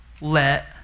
let